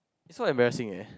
it's so embarrassing leh